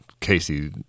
Casey